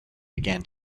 began